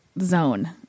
zone